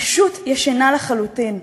פשוט ישנה לחלוטין.